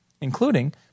including